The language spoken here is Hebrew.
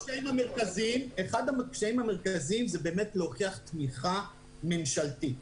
אחד הקשיים המרכזיים זה באמת להוכיח תמיכה ממשלתית.